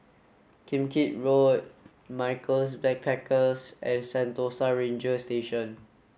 Kim Keat Road Michaels Backpackers and Sentosa Ranger Station